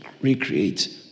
recreate